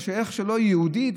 יהודית.